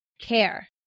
care